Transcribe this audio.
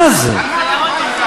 מה זה?